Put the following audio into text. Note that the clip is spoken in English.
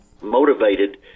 motivated